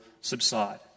subside